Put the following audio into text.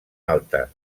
alta